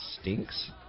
stinks